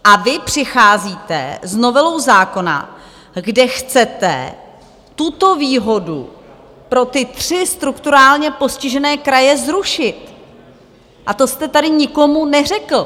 A vy přicházíte s novelou zákona, kde chcete tuto výhodu pro ty tři strukturálně postižené kraje zrušit, a to jste tady nikomu neřekl.